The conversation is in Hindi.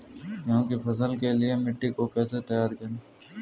गेहूँ की फसल के लिए मिट्टी को कैसे तैयार करें?